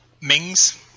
Mings